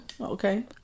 okay